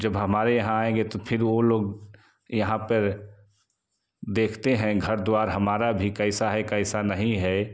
जब हमारे आएँगे तो फिर वो लोग यहाँ पर देखते हैं घर द्वार हमारा भी कैसा है कैसा नहीं है